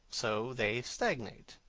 so they stagnate.